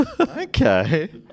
Okay